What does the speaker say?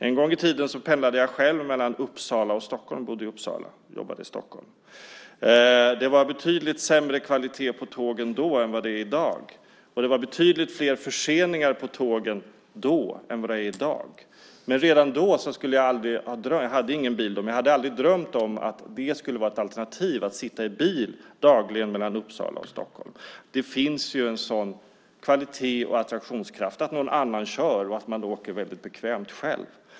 En gång i tiden pendlade jag själv mellan Uppsala och Stockholm. Jag bodde i Uppsala och jobbade i Stockholm. Det var betydligt sämre kvalitet på tågen då än vad det är i dag, och det var betydligt fler förseningar på tågen då än vad det är i dag. Men redan då hade jag aldrig drömt om - jag hade ingen bil då - att det skulle vara ett alternativ att sitta i bil dagligen mellan Uppsala och Stockholm. Det finns ju en sådan kvalitet och attraktionskraft i att någon annan kör och att man själv då åker väldigt bekvämt.